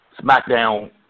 SmackDown